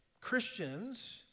Christians